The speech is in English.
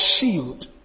shield